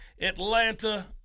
Atlanta